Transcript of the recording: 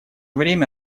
время